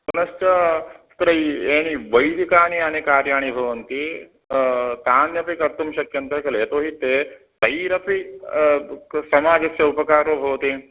पुनश्च तत्र यानि वैदिकानि यानि कार्याणि भवन्ति तान्यपि कर्तुं शक्यन्ते खलु यतोहि ते तैरपि क् समाजस्य उपकारो भवति